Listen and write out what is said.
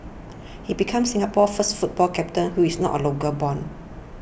he became Singapore's first football captain who is not local born